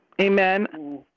Amen